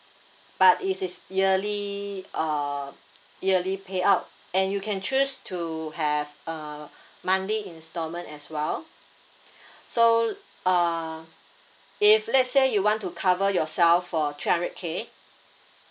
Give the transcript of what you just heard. but it is yearly uh yearly payout and you can choose to have a monthly instalment as well so uh if let's say you want to cover yourself for three hundred K